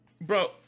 Bro